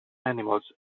animals